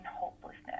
hopelessness